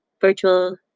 virtual